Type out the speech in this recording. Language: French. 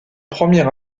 première